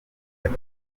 gato